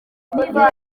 gukorwa